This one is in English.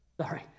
sorry